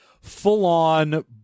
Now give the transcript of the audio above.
full-on